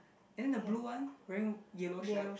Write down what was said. then the blue one wearing yellow shirt